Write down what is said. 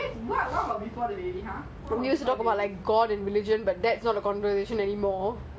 because he doesn't want to talk about the baby